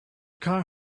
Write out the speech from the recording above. car